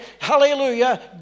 Hallelujah